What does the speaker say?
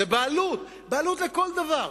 זאת בעלות לכל דבר.